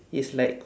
it's like